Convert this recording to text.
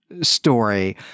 story